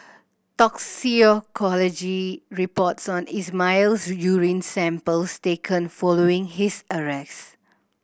toxicology reports on Ismail's urine samples taken following his arrest